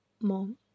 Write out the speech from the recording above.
mom